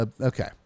Okay